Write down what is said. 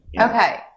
Okay